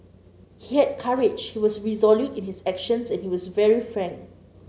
he had courage he was resolute in his actions and he was very frank